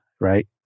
right